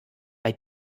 bei